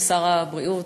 שר הבריאות,